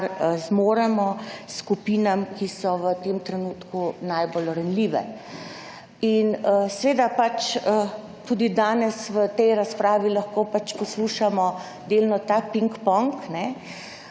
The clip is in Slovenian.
zmoremo skupinam, ki so v tem trenutku najbolj ranljive. In seveda pač tudi danes v tej razpravi lahko pač poslušamo delno ta ping-pong, ko